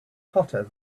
hotter